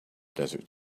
desert